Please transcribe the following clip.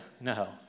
No